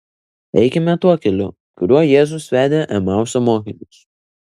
eikime tuo keliu kuriuo jėzus vedė emauso mokinius